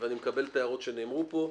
אני מקבל את ההערות שנאמרו פה.